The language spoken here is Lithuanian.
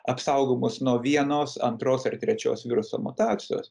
apsaugo mus nuo vienos antros ar trečios viruso mutacijos